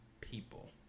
people